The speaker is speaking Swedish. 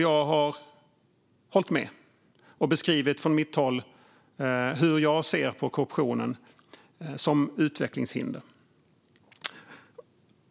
Jag har hållit med och beskrivit hur jag från mitt håll ser på korruptionen som utvecklingshinder.